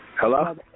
Hello